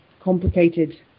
complicated